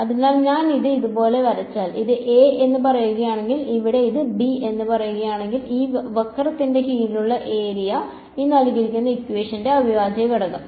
അതിനാൽ ഞാൻ ഇത് ഇതുപോലെ വരച്ചാൽ ഇത് a എന്ന് പറയുകയാണെങ്കിൽ ഇവിടെ ഇത് b എന്ന് പറയുകയാണെങ്കിൽ ഈ വക്രത്തിന് കീഴിലുള്ള ഏരിയയാണ് ടെ അവിഭാജ്യ ഘടകം